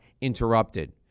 interrupted